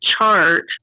chart